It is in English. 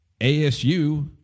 ASU